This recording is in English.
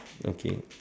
okay